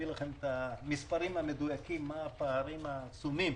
לכם את המספרים המדויקים מה הפערים העצומים